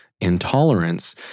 intolerance